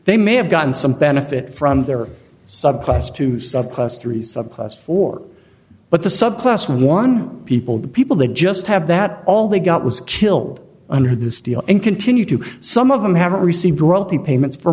they may have gotten some benefit from their subclass to subclass three subclass four but the subclass one people the people that just have that all they got was killed under this deal and continue to some of them haven't received royalty payments for